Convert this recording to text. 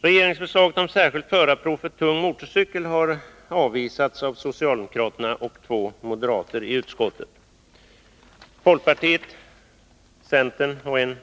Regeringsförslaget om särskilt förarprov för tung motorcykel har avvisats av socialdemokraterna och två moderater i utskottet. Folkpartiets och centerns representanter